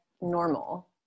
normal